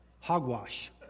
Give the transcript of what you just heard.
Hogwash